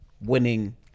winning